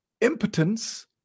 impotence